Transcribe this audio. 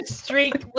streak